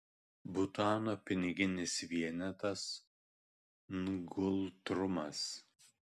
butano piniginis vienetas ngultrumas